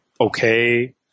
okay